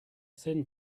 thin